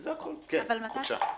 בבקשה.